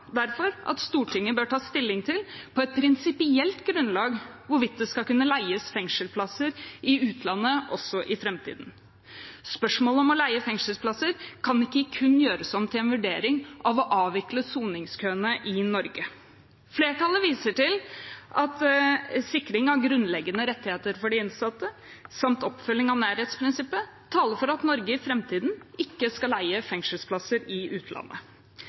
derfor at Stortinget på et prinsipielt grunnlag bør ta stilling til hvorvidt det skal kunne leies fengselsplasser i utlandet også i framtiden. Spørsmålet om å leie fengselsplasser kan ikke kun gjøres om til en vurdering av å avvikle soningskøene i Norge. Flertallet viser til at sikring av grunnleggende rettigheter for de innsatte samt oppfølging av nærhetsprinsippet taler for at Norge i framtiden ikke skal leie fengselsplasser i utlandet.